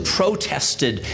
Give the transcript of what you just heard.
protested